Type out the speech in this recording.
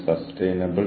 ആരെയാണ് ശാസിക്കേണ്ടത്